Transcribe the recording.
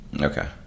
Okay